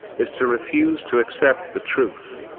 is to refuse to accept the truth.